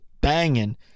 banging